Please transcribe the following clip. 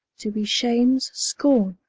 to be shames scorne,